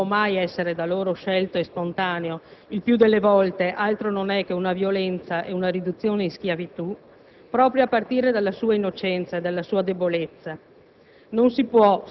che, proprio perché non può essere da loro scelto e spontaneo, il più delle volte altro non è che una violenza e una riduzione in schiavitù, proprio a partire dalla loro innocenza e dalla loro debolezza.